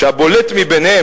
שהבולט ביניהם,